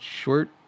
short